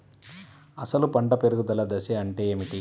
అసలు పంట పెరుగుదల దశ అంటే ఏమిటి?